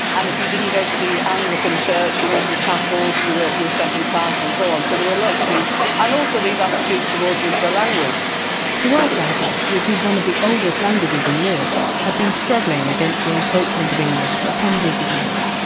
and if you didn't go to the anglican church, you went to the chapels, you you were second class and so on. so there were lots of things and also these attitudes towards the the language the welsh language, which is one of the oldest languages in europe, had been struggling against the encroachment of english for hundreds of years.